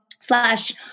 slash